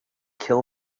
kill